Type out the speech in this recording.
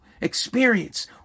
experience